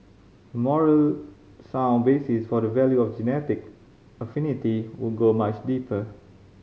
a moral sound basis for the value of genetic affinity would go much deeper